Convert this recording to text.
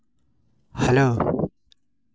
hello